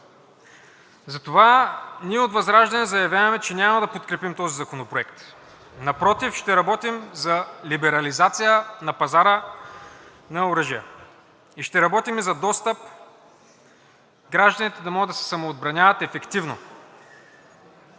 Затова ние от ВЪЗРАЖДАНЕ заявяваме, че няма да подкрепим този законопроект, напротив ще работим за либерализация на пазара на оръжия и ще работим за достъп и гражданите да могат да се самоотбраняват ефективно.